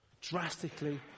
Drastically